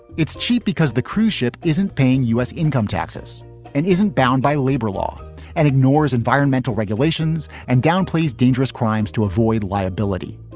it's cheap because the cruise ship isn't paying u s. income taxes and isn't bound by labor law and ignores environmental regulations and downplays dangerous crimes to avoid liability.